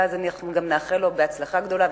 אז אנחנו גם נאחל לו הצלחה גדולה,